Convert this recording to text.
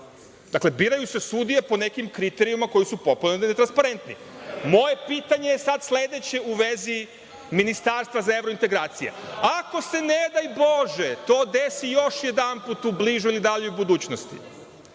Dakle, biraju se sudije po nekim kriterijumima koji su potpuno netransparentni. Moje sledeće pitanje je u vezi ministarstva za evrointegracije. Ako se, ne daj Bože, to desi još jedanput u bližoj ili daljoj budućnosti,